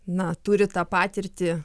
na turi tą patirtį